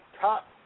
top